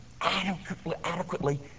adequately